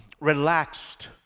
relaxed